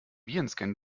virenscan